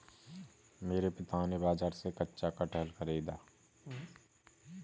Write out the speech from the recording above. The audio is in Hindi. मेरे पिता ने बाजार से कच्चा कटहल खरीदा